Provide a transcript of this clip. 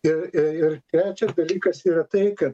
ir ir ir trečias dalykas yra tai kad